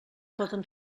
poden